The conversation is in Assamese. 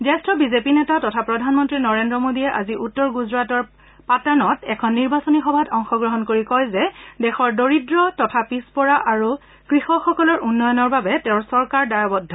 জ্যেষ্ঠ বিজেপি নেতা তথা প্ৰধানমন্ত্ৰী নৰেন্দ্ৰ মোদীয়ে আজি উত্তৰ গুজৰাটৰ পাটানত এখন নিৰ্বাচনী সভাত অংশগ্ৰহণ কৰি কয় যে দেশৰ দৰিদ্ৰ পিছপৰা আৰু কৃষকসকলৰ উন্নয়নৰ বাবে তেওঁৰ চৰকাৰ দায়বদ্ধ